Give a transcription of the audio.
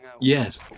Yes